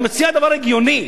אני מציע דבר הגיוני.